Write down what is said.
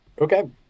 Okay